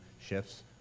shifts